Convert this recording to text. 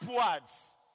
upwards